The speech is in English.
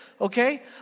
okay